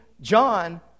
John